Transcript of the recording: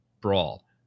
brawl